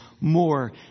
more